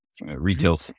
retail